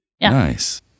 nice